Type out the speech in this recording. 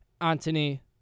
Antony